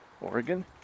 Oregon